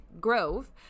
grove